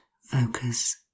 focus